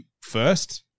first